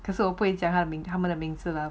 可是我不会讲她们的名字 lah